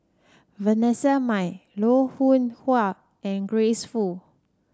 Vanessa Mae Loh Hoong Kwan and Grace Fu